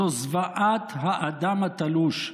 זו זוועת האדם התלוש,